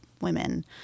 women